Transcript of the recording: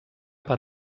per